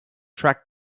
track